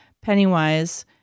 Pennywise